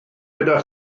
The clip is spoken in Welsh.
gyda